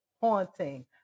haunting